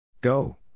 Go